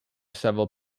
several